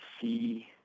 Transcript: see